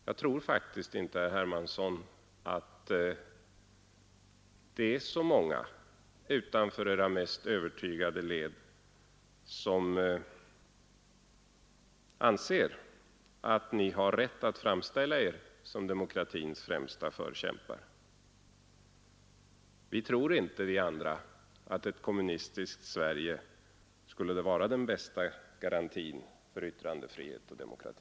Jag tror faktiskt inte, herr Hermansson, att det är så många utanför era mest övertygade led som anser att ni kan framställa er som demokratins främsta förkämpar. Vi tror inte, vi andra, att ett kommunistiskt Sverige skulle vara den bästa garantin för yttrandefrihet och demokrati.